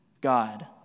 God